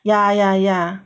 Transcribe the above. ya ya ya